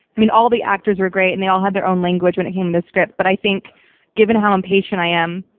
i mean, all the actors were great and they all had their own language when it came to and the script, but i think given how impatient i am,